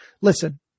listen